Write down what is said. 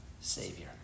Savior